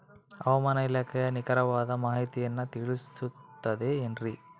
ಹವಮಾನ ಇಲಾಖೆಯ ನಿಖರವಾದ ಮಾಹಿತಿಯನ್ನ ತಿಳಿಸುತ್ತದೆ ಎನ್ರಿ?